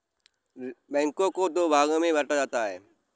बैंकों को दो भागों मे बांटा जाता है